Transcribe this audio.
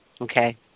Okay